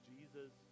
Jesus